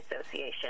association